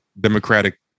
democratic